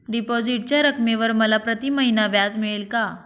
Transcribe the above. डिपॉझिटच्या रकमेवर मला प्रतिमहिना व्याज मिळेल का?